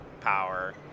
power